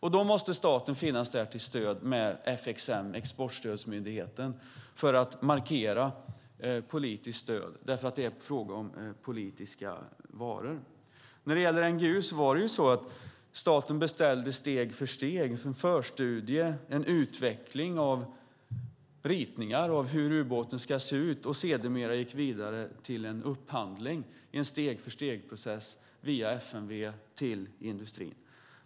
Och då måste staten finnas där genom FXM, Försvarsexportmyndigheten, för att markera politiskt stöd eftersom det är fråga om politiska varor. När det gäller NGU beställde staten steg för steg, en förstudie, en utveckling av ritningar, av hur ubåten ska se ut, och gick sedermera vidare till upphandling. Det skedde i en steg-för-steg-process via FMV till industrin.